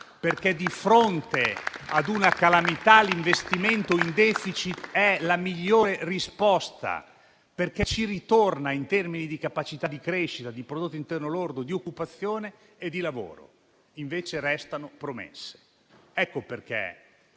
perché di fronte ad una calamità l'investimento in *deficit* è la migliore risposta, perché assicura un ritorno in termini di capacità di crescita, di prodotto interno lordo, di occupazione e di lavoro. Invece, restano promesse. Per